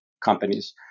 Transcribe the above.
companies